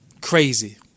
Crazy